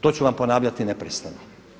To ću vam ponavljati neprestano.